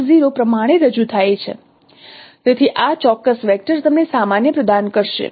તેથી આ ચોક્કસ વેક્ટર તમને સામાન્ય પ્રદાન કરશે